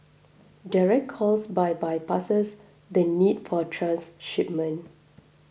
direct calls bypasses the need for transshipment